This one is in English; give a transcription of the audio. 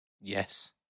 Yes